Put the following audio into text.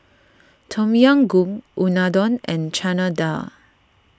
Tom Yam Goong Unadon and Chana Dal